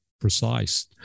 precise